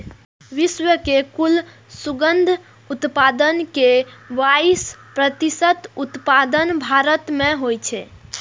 विश्व के कुल दुग्ध उत्पादन के बाइस प्रतिशत उत्पादन भारत मे होइ छै